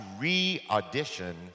re-audition